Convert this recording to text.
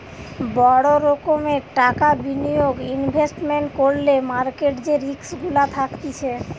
বড় রোকোমের টাকা বিনিয়োগ ইনভেস্টমেন্ট করলে মার্কেট যে রিস্ক গুলা থাকতিছে